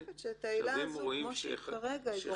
אני חושבת שהעילה הזאת כמו שהיא כרגע גורמת הרבה נזק.